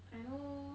I know